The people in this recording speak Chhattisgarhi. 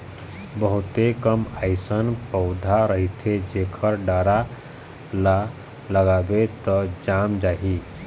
बहुते कम अइसन पउधा रहिथे जेखर डारा ल लगाबे त जाम जाही